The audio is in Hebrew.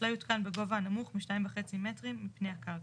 לא יותקן בגובה הנמוך מ-2.5 מטרים מפני הקרקע.